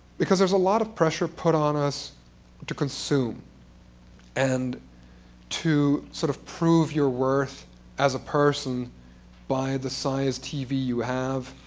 because there is a lot of pressure put on us to consume and to sort of prove your worth as a person by the size tv you have